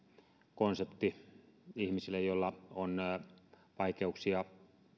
konsepti ihmisille joilla on vaikeuksia